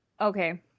Okay